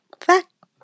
fact